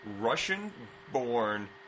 Russian-born